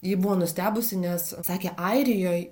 ji buvo nustebusi nes sakė airijoj